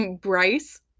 Bryce